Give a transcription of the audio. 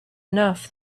enough